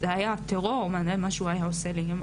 זה היה טרור מה שהוא היה עושה לי,